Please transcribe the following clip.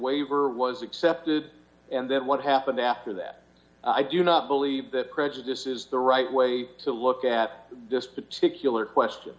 waiver was accepted and that what happened after that i do not believe that prejudice is the right way to look at this particular question